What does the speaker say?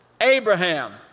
Abraham